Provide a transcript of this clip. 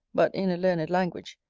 but in a learned language,